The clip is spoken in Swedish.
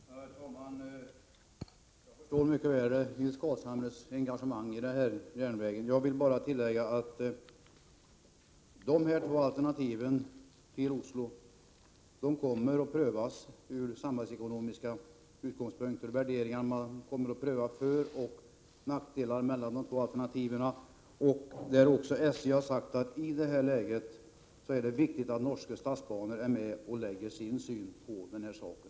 Herr talman! Jag förstår mycket väl Nils Carlshamres engagemang i den här järnvägen. Jag vill bara tillägga att de två alternativa förbindelserna med Oslo kommer att prövas utifrån samhällsekonomiska utgångspunkter och värderingar. Man kommer att pröva föroch nackdelar hos de två alternativen. SJ har också sagt att det i det här läget är viktigt att Norges Statsbaner är med och lägger sin syn på saken.